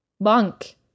Bank